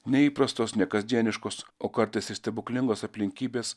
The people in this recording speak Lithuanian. neįprastos nekasdieniškos o kartais ir stebuklingos aplinkybės